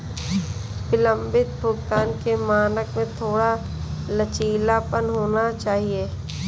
विलंबित भुगतान के मानक में थोड़ा लचीलापन होना चाहिए